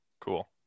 Cool